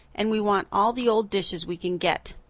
and we want all the old dishes we can get.